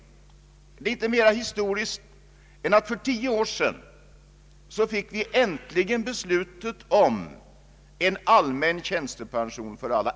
Det är inte mer historiskt än att vi för tio år sedan äntligen fick beslutet om tjänstepension för alla.